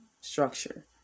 structure